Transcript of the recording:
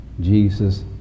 Jesus